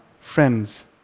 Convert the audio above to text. friends